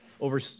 over